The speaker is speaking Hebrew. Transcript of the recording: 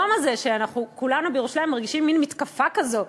היום הזה שאנחנו כולנו בירושלים מרגישים מין מתקפה כזאת,